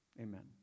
Amen